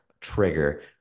trigger